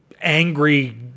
angry